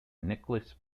nicholas